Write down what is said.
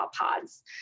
pods